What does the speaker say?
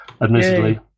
Admittedly